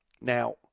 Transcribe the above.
Now